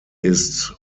ist